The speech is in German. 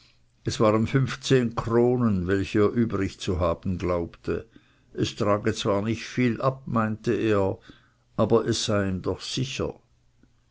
es waren fünfzehn kronen welche er übrig zu haben glaubte es trage zwar nicht viel ab meinte er aber es sei ihm doch sicher